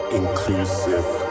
inclusive